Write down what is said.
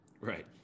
right